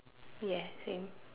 ya same